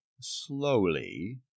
slowly